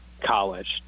college